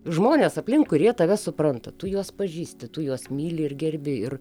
žmonės aplink kurie tave supranta tu juos pažįsti tu juos myli ir gerbi ir